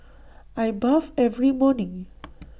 I bathe every morning